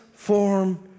Form